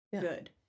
good